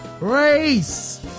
race